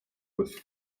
with